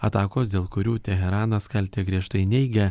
atakos dėl kurių teheranas kaltę griežtai neigia